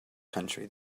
country